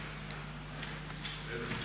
Hvala vam